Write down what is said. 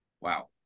wow